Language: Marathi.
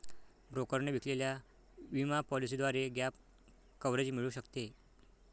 ब्रोकरने विकलेल्या विमा पॉलिसीद्वारे गॅप कव्हरेज मिळू शकते